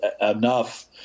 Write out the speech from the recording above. enough